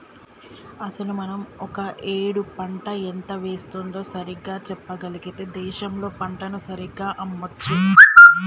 అసలు మనం ఒక ఏడు పంట ఎంత వేస్తుందో సరిగ్గా చెప్పగలిగితే దేశంలో పంటను సరిగ్గా అమ్మొచ్చు